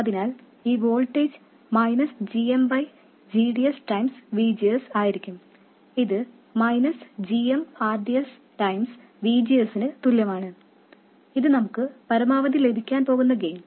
അതിനാൽ ഈ voltage g m g d s V G S ആയിരിക്കും ഇത് g m r d s V G Sനു തുല്യമാണ് ഇത് നമുക്ക് പരമാവധി ലഭിക്കാൻ പോകുന്ന ഗെയിൻ